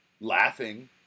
laughing